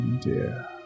dear